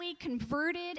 converted